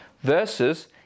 Versus